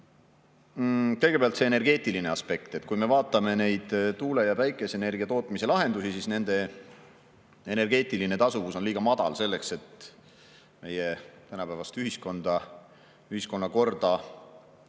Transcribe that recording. Kõigepealt energeetiline aspekt. Kui me vaatame neid tuule- ja päikeseenergia tootmise lahendusi, siis [näeme, et] nende energeetiline tasuvus on liiga madal selleks, et meie tänapäevast ühiskonda,